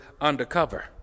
undercover